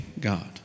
God